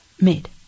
made